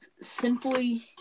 simply